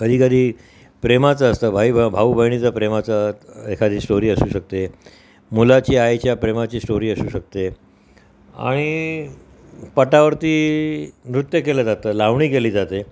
कधीकधी प्रेमाचं असतं भाई भाऊबहिणीचं प्रेमाचं एखादी स्टोरी असू शकते मुलाची आईच्या प्रेमाची स्टोरी असू शकते आणि पटावरती नृत्य केलं जातं लावणी केली जाते